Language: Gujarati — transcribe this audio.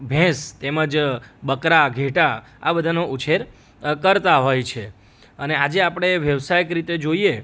ભેંસ તેમજ બકરા ઘેટા આ બધાનો ઉછેર કરતાં હોય છે અને આજે આપણે વ્યવસાયીક રીતે જોઈએ